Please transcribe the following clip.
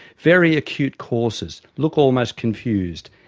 very acute courses, look almost confused,